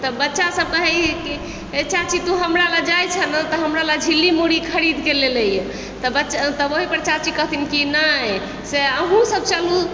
तब बच्चा सब कहै की गै चाची तू हमरा हमरा लअ जाइ छै ने तऽ हमरा लए झिल्ली मुरही खरीदके लेने अबिहे तब बच्चा तब ओहिपर चाची कहथिन की नहि से अहुँ सब चलू